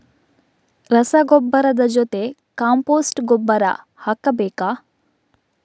ರಸಗೊಬ್ಬರದ ಜೊತೆ ಕಾಂಪೋಸ್ಟ್ ಗೊಬ್ಬರ ಹಾಕಬೇಕಾ?